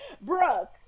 Brooke